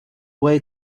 way